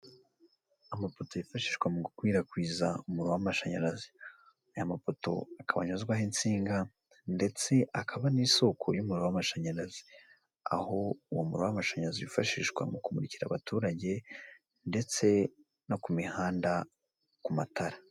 Amapoto yifashishwa mu gukwirakwiza umuriro w'amashanyarazi, aya mapoto akaba anyuzwaho insinga ndetse akaba n'isoko y'umuriro w'amashanyarazi, aho uwo muriro w'amashanyarazi wifashishwa mu kumurikira abaturage ndetse no ku mihanda ku matara